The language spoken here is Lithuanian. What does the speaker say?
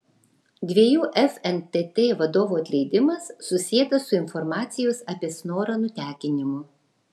dviejų fntt vadovų atleidimas susietas su informacijos apie snorą nutekinimu